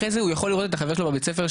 אחרי זה הוא יכול לראות את החבר שלו בבית ספר,